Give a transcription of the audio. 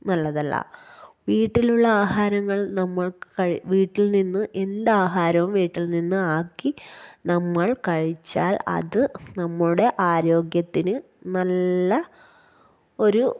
നല്ലതല്ല വീട്ടിലുള്ള ആഹാരങ്ങൾ നമ്മള്ക്ക് കഴി വീട്ടില്നിന്നും എന്താഹാരവും വീട്ടില്നിന്ന് ആക്കി നമ്മള് കഴിച്ചാല് അത് നമ്മുടെ ആരോഗ്യത്തിന് നല്ല ഒരു